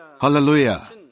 Hallelujah